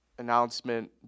announcement